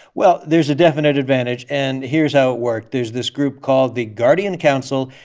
well, there's a definite advantage. and here's how it worked. there's this group called the guardian council.